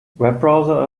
webbrowser